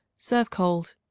serve cold.